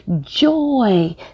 joy